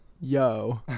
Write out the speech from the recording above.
Yo